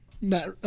Matt